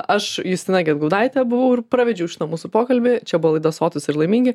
aš justina gedgaudaitė buvau ir pravedžiau šitą mūsų pokalbį čia buvo laida sotūs ir laimingi